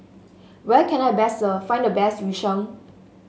where can I best find the best Yu Sheng